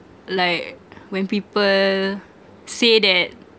like when people say that